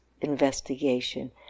investigation